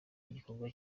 igikorwa